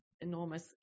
enormous